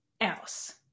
else